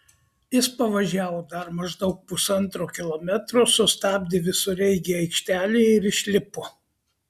jis pavažiavo dar maždaug pusantro kilometro sustabdė visureigį aikštelėje ir išlipo